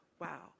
wow